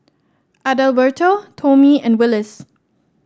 Adalberto Tomie and Willis